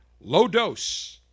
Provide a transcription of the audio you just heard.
low-dose